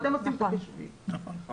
אנחנו נצביע על